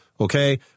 Okay